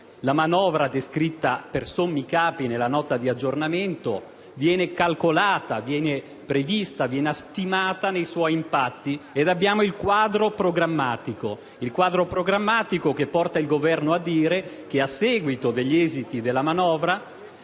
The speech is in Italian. la manovra, descritta per sommi capi nella Nota di aggiornamento, viene calcolata, prevista e stimata nei suoi impatti: si arriva così al quadro programmatico, che porta il Governo a dire che, a seguito degli esiti della manovra,